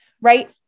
right